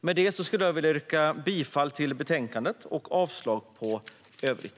Med det skulle jag vilja yrka bifall till utskottets förslag och avslag på övrigt.